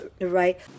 Right